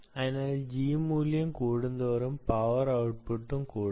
അതിനാൽ G മൂല്യം കൂടുംതോറും പവർ ഔട്ട്പുട്ടും കൂടും